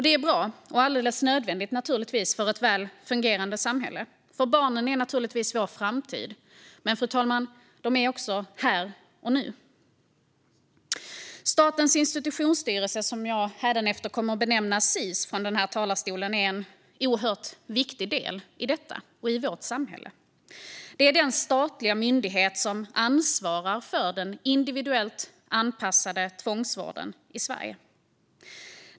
Det är bra och alldeles nödvändigt för ett väl fungerande samhälle. Barnen är naturligtvis vår framtid, men, fru talman, de är också här och nu. Statens institutionsstyrelse, som jag hädanefter kommer att benämna Sis från talarstolen, är en oerhört viktig del i vårt samhälle. Det är den statliga myndighet som ansvarar för den individuellt anpassade tvångsvården i Sverige.